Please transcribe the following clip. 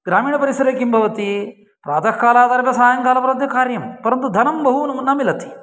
ग्रामीणपरिसरे किं भवति प्रातःकालादारभ्य सायङ्कालपर्यन्तं कार्यं परन्तु धनं बहुन्यूनं मिलति